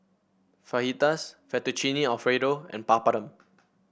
Fajitas Fettuccine Alfredo and Papadum